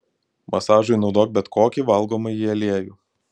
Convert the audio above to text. masažui naudok bet kokį valgomąjį aliejų